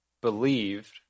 believed